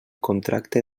contracte